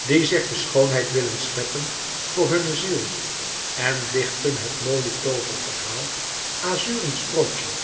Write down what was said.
die zich de schoonheid willen scheppen voor hunne ziel en dichten het mooie tooververhaal azuren sprookje